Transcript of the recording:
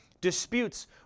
disputes